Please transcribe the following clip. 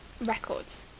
records